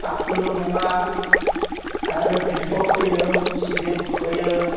फाथोल' नङा आरो बेसर फोयो सिबिं फोयो